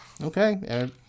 Okay